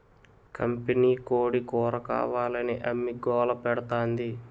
కంపినీకోడీ కూరకావాలని అమ్మి గోలపెడతాంది